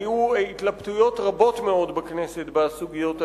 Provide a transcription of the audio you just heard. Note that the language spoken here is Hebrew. היו התלבטויות רבות מאוד בכנסת בסוגיות האלה.